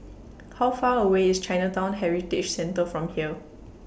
How Far away IS Chinatown Heritage Centre from here